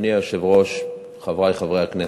אדוני היושב-ראש, חברי חברי הכנסת,